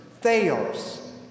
theos